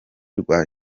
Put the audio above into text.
rwa